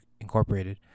Incorporated